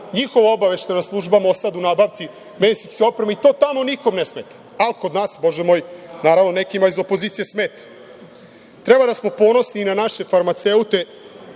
njihova obaveštajna služba Mosad u nabavci medicinske opreme i to tamo nikome ne smeta, ali kod nas, Bože moj, naravno da nekima iz opozicije smeta. Treba da smo ponosni i na naše farmaceute